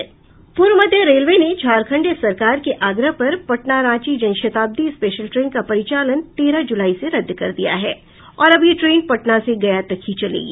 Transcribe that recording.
पूर्व मध्य रेलवे ने झारखंड सरकार के आग्रह पर पटना रांची जनशताब्दी स्पेशल ट्रेन का परिचालन तेरह जुलाई से रद्द कर दिया है अब यह ट्रेन पटना से गया तक ही चलेगी